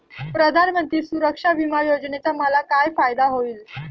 प्रधानमंत्री सुरक्षा विमा योजनेचा मला काय फायदा होईल?